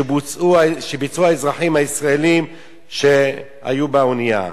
שביצעו האזרחים הישראלים שהיו באונייה.